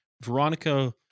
Veronica